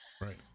Right